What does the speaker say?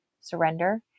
surrender